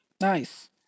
Nice